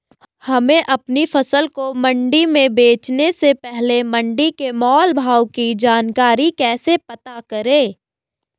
हमें अपनी फसल को मंडी में बेचने से पहले मंडी के मोल भाव की जानकारी कैसे पता करें?